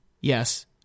Yes